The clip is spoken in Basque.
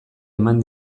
eman